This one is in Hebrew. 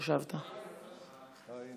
גברתי היושבת-ראש,